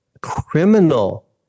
criminal